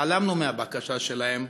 התעלמנו מהבקשה שלהם